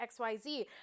xyz